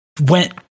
went